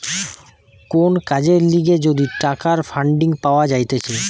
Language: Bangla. কোন কাজের লিগে যদি টাকার ফান্ডিং পাওয়া যাইতেছে